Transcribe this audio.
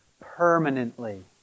permanently